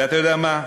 ואתה יודע מה?